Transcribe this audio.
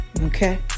Okay